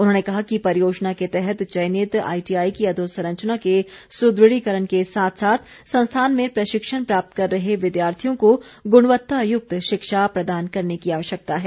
उन्होंने कहा कि परियोजना के तहत चयनित आईटीआई की अधोसंरचना के सुदृढ़ीकरण के साथ साथ संस्थान में प्रशिक्षण प्राप्त कर रहे विद्यार्थियों को गुणवत्ता युक्त शिक्षा प्रदान करने की आवश्यकता है